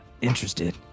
interested